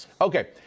Okay